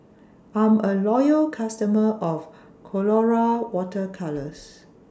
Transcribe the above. I'm A Loyal customer of Colora Water Colours